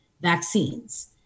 vaccines